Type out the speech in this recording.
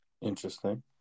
Interesting